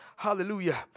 Hallelujah